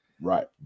right